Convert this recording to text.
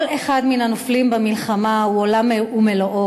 כל אחד מן הנופלים במלחמה הוא עולם ומלואו,